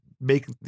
make